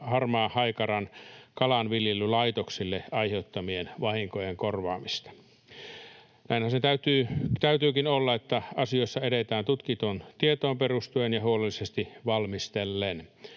harmaahaikaran kalanviljelylaitoksille aiheuttamien vahinkojen korvaamista. Näinhän se täytyykin olla, että asioissa edetään tutkittuun tietoon perustuen ja huolellisesti valmistellen.